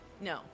no